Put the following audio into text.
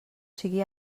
sigui